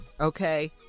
Okay